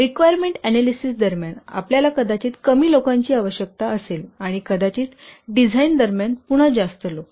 requirement analysis दरम्यान आपल्याला कदाचित कमी लोकांची आवश्यकता असेल आणि कदाचित डिझाइन दरम्यान पुन्हा जास्त लोक